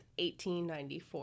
1894